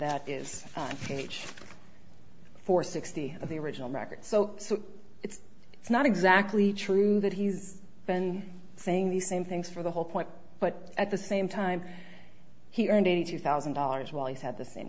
that is huge for sixty of the original records so it's not exactly true that he's been saying the same things for the whole point but at the same time he earned eighty two thousand dollars while he had the same